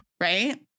Right